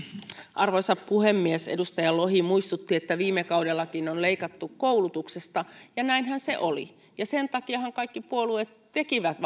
arvoisa puhemies edustaja lohi muistutti että viime kaudellakin on leikattu koulutuksesta ja näinhän se oli ja sen takiahan kaikki puolueet tekivät